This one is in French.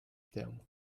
terme